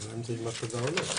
השאלה אם זה --- או לא.